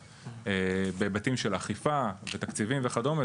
בהיבטים של אכיפה ותקציבים וכדומה.